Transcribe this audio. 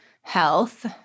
health